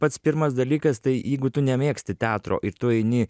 pats pirmas dalykas tai jeigu tu nemėgsti teatro ir tu eini